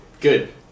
Good